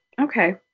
okay